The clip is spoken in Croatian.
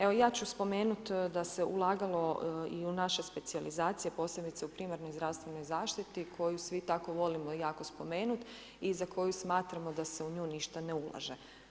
Evo, ja ću spomenuti, da se ulagalo i u naše specijalizacije posebice u primarno zdravstvenoj zaštiti, koju svi volimo jako spomenuti i za koju smatramo da se u nju ništa ne ulaže.